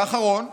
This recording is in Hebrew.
ואחרון,